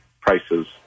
prices